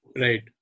Right